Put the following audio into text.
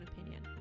opinion